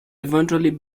eventually